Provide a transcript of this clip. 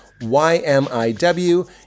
YMIW